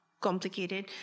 complicated